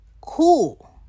cool